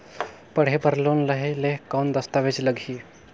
पढ़े बर लोन लहे ले कौन दस्तावेज लगही?